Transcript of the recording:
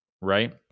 right